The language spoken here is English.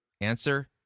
Answer